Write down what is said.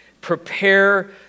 Prepare